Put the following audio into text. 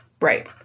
Right